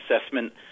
assessment